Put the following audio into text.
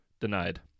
Denied